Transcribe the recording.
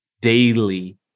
daily